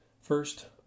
First